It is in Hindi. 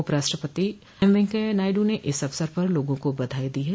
उपराष्ट्रपति एम वेंकैया नायडू ने इस अवसर पर लोगों को बधाई दी है